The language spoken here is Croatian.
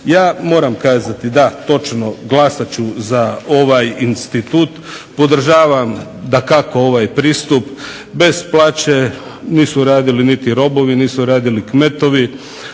Ja moram kazati, da, točno glasat ću za ovaj institut, podržavam dakako ovaj pristup, bez plaće, nisu radili niti robovi, niti kmetovi,